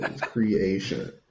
creation